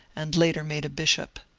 and later made a bishop.